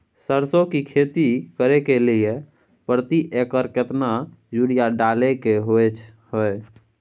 सरसो की खेती करे के लिये प्रति एकर केतना यूरिया डालय के होय हय?